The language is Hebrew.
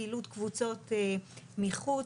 פעילות קבוצות מחוץ,